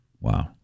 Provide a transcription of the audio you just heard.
Wow